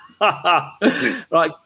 Right